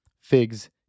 figs